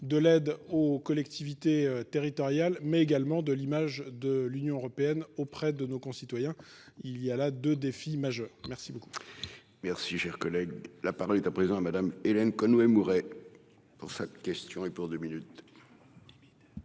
de l'aide aux collectivités territoriales mais également de l'image de l'Union Européenne auprès de nos concitoyens. Il y a là de défis majeurs. Merci beaucoup. Merci, cher collègue, la parole est à présent à Madame. Hélène Conway Mouret. Pour sa question et pour 2 minutes.